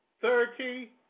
thirty